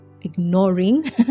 ignoring